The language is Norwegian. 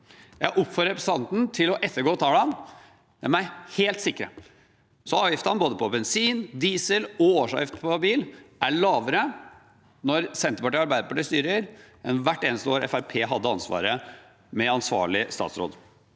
Jeg oppfordrer representanten til å ettergå tallene, de er helt sikre. Avgiftene på både bensin og diesel – og årsavgiften på bil – er lavere når Senterpartiet og Arbeiderpartiet styrer, enn hvert eneste år Fremskrittspartiet hadde ansvaret, med ansvarlig statsråd.